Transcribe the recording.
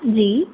जी